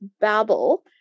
babble